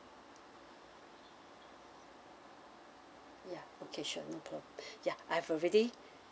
ya okay sure no problem ya I've already